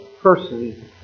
person